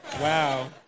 Wow